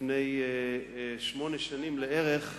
לפני שמונה שנים לערך,